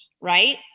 right